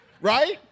Right